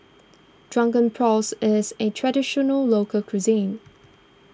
Drunken Prawns is a Traditional Local Cuisine